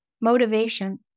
motivation